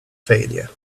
failure